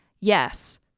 Yes